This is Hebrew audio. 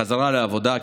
חזרה לעבודה.